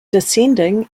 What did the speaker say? descending